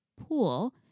pool